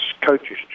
coaches